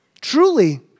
Truly